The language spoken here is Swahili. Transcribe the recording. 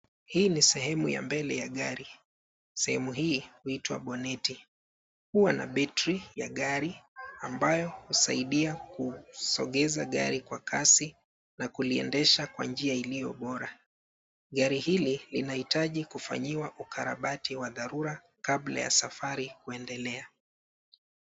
Hii ni sehemu ya mbele ya gari, sehemu hii huitwa boneti huwa na betri ya gari ambayo husaidia kusongeza gari kwa kasi na kuliendesha kwa njia iliobora, gari hili inahitaji kufanyiwa ukarabati wa dharura kabla ya safari kuendelea.